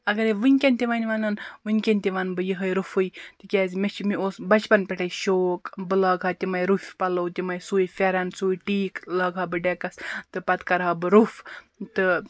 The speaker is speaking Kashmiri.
اَگرٕے وُنکیٚن تہِ وۅنۍ وَنان وُنکیٚن تہِ وَنہٕ بہٕ یِہَے روٚفٕے تِکیٛازِ مےٚ چھُ مےٚ اوس بَچپَن پیٚٹھٕے شوق بہٕ لگہٕ ہا تِمَے روٚف پَلو تِمَے سُے پھیرَن سُے ٹیٖک لاگہٕ ہا بہٕ ڈیٚکَس تہٕ پَتہٕ کرٕہا بہٕ روٚف تہٕ